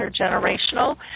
intergenerational